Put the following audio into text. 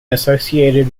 associated